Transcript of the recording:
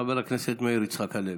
חבר הכנסת מאיר יצחק הלוי.